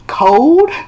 cold